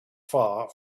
far